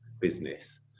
business